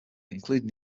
including